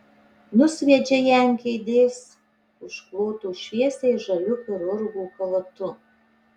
nusviedžia ją ant kėdės užklotos šviesiai žaliu chirurgo chalatu